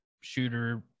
shooter